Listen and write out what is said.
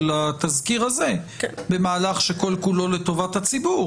התזכיר הזה במהלך שכל כולו לטובת הציבור,